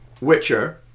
Witcher